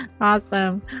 Awesome